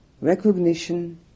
Recognition